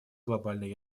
глобальной